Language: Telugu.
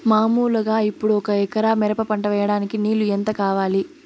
మామూలుగా ఇప్పుడు ఒక ఎకరా మిరప పంట వేయడానికి నీళ్లు ఎంత కావాలి?